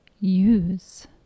use